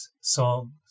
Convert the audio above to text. songs